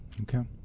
Okay